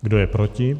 Kdo je proti?